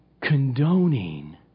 condoning